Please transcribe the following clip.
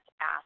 ask